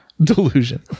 Delusion